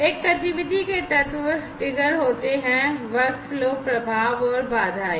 एक गतिविधि के तत्व ट्रिगर होते हैं वर्कफ़्लो प्रभाव और बाधाएं